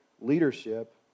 leadership